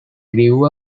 grew